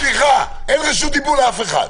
סליחה, אין רשות דיבור לאף אחד.